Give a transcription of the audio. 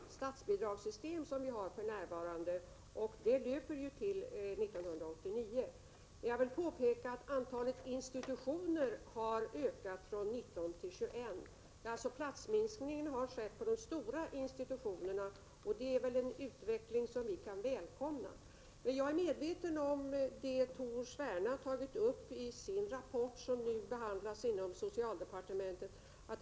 Herr talman! Det gäller först och främst att se på effekterna av det statsbidragssystem som vi har för närvarande, och det löper fram till 1989. Jag vill också påpeka att antalet institutioner har ökat från 19 till 21. Platsminskningen har alltså skett på de stora institutionerna, och det är väl en utveckling som vi kan välkomna. Jag är medveten om det Tor Sverne har tagit upp i sin rapport, som nu behandlas inom socialdepartementet.